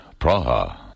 Praha